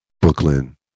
Brooklyn